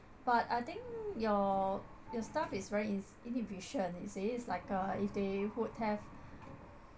but I think your your staff is very in~ inefficient you see it's like uh if they would have